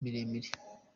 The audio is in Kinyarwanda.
miremire